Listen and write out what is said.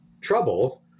trouble